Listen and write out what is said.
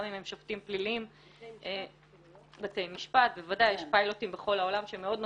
גם אם הם שופטים פליליים --- יש פיילוטים בכל העולם שהם מאוד מצליחים.